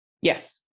Yes